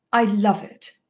i love it.